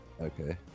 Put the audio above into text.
Okay